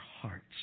hearts